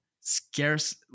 scarce